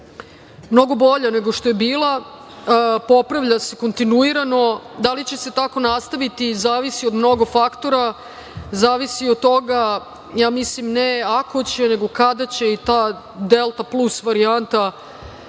mnogo bolja nego što je bila, popravlja se kontinuirano. Da li će se tako nastaviti zavisi od mnogo faktora. Zavisi od toga ne ako će, nego kada će,i ta Delta plus varijanta